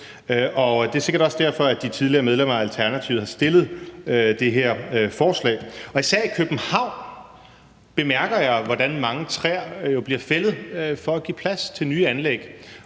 det er sikkert også derfor, de tidligere medlemmer af Alternativet har fremsat det her forslag. Især i København bemærker jeg, hvordan mange træer jo bliver fældet for at give plads til nye anlæg.